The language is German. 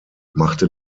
machte